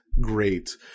great